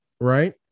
Right